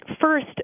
First